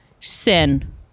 sin